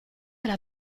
era